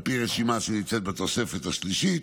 על פי רשימה שנמצאת בתוספת השלישית,